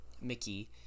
Mickey